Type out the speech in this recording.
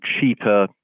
cheaper